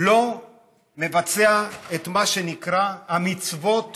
לא מבצע את מה שנקרא המצוות